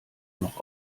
noch